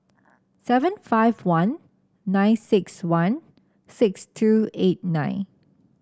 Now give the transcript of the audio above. seven five one nine six one six two eight nine